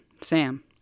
Sam